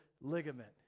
ligament